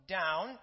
down